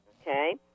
Okay